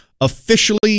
officially